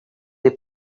they